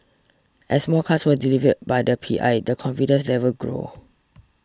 as more cars were delivered by the P I the confidence level grew